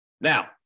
Now